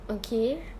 okay